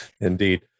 Indeed